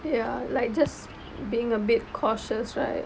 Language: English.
ya like just being a bit cautious right